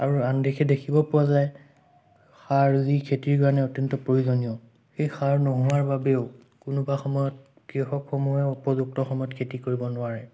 আৰু আনদিশে দেখিব পোৱা যায় সাৰ যি খেতিৰ কাৰণে অত্যন্ত প্ৰয়োজনীয় সেই সাৰ নোহোৱাৰ বাবেও কোনোবা সময়ত কৃষকসমূহে উপযুক্ত সময়ত খেতি কৰিব নোৱাৰে